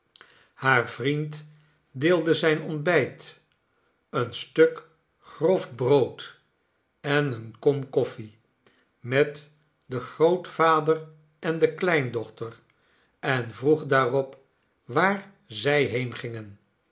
haar vriend decide zijn ontbijt een stuk grof brood en eene kom koffie met den grootvader en de kleindochter en vroeg daarop waar zij